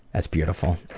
that's beautiful.